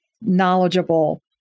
knowledgeable